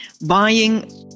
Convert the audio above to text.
buying